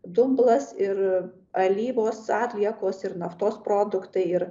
dumblas ir alyvos atliekos ir naftos produktai ir